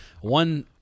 One